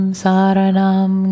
saranam